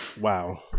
Wow